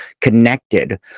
connected